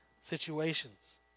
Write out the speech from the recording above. situations